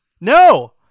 No